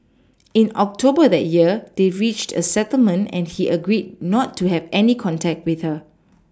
in October that year they reached a settlement and he agreed not to have any contact with her